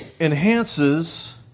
enhances